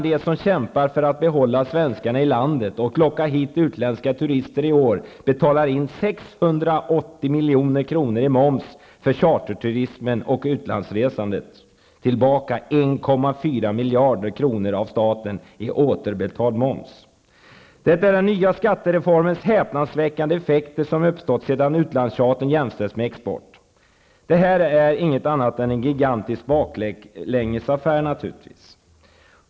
De som kämpar för att behålla svenskarna i landet och för att locka hit utländska turister betalar i år in 680 milj.kr. i moms för charterturismen och utlandsresandet, som får tillbaka 1,4 miljarder kronor av staten i återbetald moms. Detta är den nya skattereformens häpnadsväckande effekter, som har uppstått sedan utlandschartern jämställts med export. Det är inget annat än en gigantisk baklängesaffär.